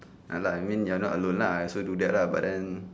ya lah I mean you're not alone lah I also do that lah but then